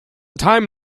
time